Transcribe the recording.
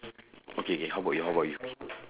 okay okay how about you how about you